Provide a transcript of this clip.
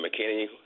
McKinney